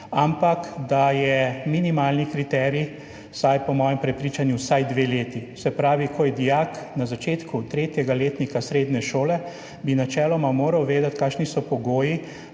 ampak da je minimalni kriterij, vsaj po mojem prepričanju, vsaj dve leti. Se pravi, ko je dijak na začetku tretjega letnika srednje šole, bi načeloma moral vedeti, kakšni so pogoji